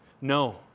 no